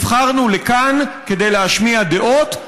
נבחרנו לכאן כדי להשמיע דעות,